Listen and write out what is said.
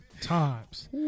times